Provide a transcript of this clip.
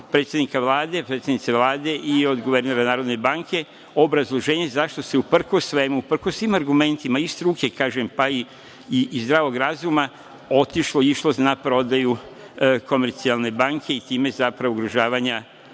finansija, od predsednice Vlade i od guvernera Narodne banke obrazloženje zašto se, uprkos svemu, uprkos svim argumentima i struke, kažem, pa i zdravog razuma otišlo, išlo se na prodaju Komercijalne banke i time zapravo ugrožavanja,